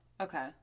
okay